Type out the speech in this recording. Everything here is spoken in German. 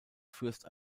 fürst